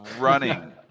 running